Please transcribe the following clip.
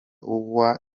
uwa